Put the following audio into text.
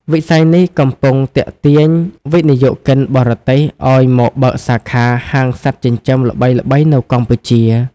វិស័យនេះកំពុងទាក់ទាញវិនិយោគិនបរទេសឱ្យមកបើកសាខាហាងសត្វចិញ្ចឹមល្បីៗនៅកម្ពុជា។